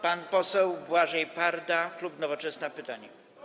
Pan poseł Błażej Parda, klub Nowoczesna, pytanie.